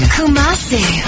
Kumasi